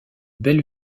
belle